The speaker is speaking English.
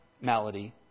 malady